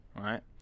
right